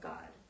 God